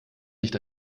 nicht